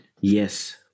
Yes